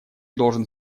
должен